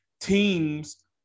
teams